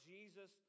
Jesus